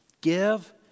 give